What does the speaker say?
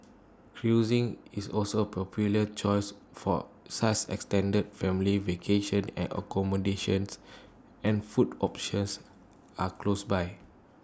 cruising is also popular choice for such extended family vacation at accommodations and food options are close by